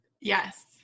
Yes